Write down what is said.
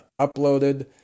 uploaded